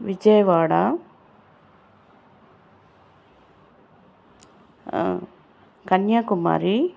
Vijayawada Kanyakumari